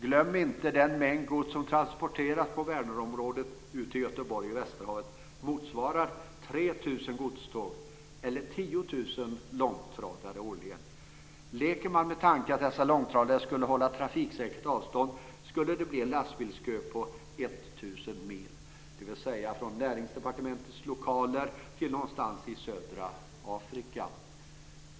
Glöm inte att den mängd gods som transporteras från Vänerområdet ut till Göteborg och västerhavet motsvarar 3 000 godståg eller 100 000 långtradare årligen. Leker man med tanken att dessa långtradare skulle hålla trafiksäkert avstånd blir det en lastbilskö på 1 000 mil, dvs. från Näringsdepartementets lokaler till någonstans i södra Afrika.